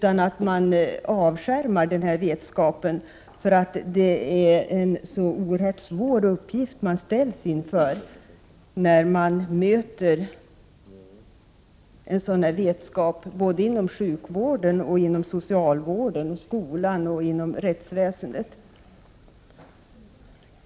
I stället avskärmar man sig, eftersom det är en så oerhört svår uppgift man ställs inför när man möter denna vetskap inom sjukvården, socialvården, skolan och rättsväsendet.